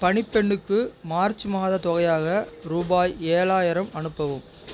பணிப்பெண்ணுக்கு March மாதத் தொகையாக ரூபாய் ஏழாயிரம் அனுப்பவும்